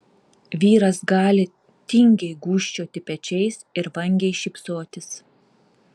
vyras gali tingiai gūžčioti pečiais ir vangiai šypsotis